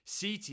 CT